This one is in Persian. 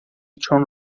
چون